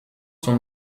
sont